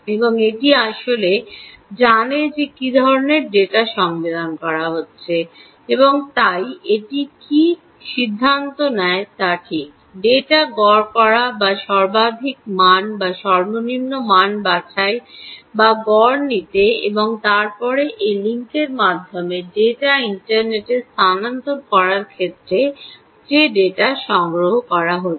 এবং এটি আসলে জানে যে কী ধরণের ডেটা সংবেদন করা হচ্ছে এবং তাই এটি কী সিদ্ধান্ত নেয় তা ঠিক ডেটা গড় করা বা সর্বাধিক মান বা সর্বনিম্ন মান বাছাই বা গড় নিতে এবং তারপরে এই লিঙ্কের মাধ্যমে ডেটা ইন্টারনেটে স্থানান্তর করার ক্ষেত্রে যে ডেটা সংগ্রহ করা হচ্ছে